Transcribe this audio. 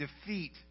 defeat